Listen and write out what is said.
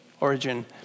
origin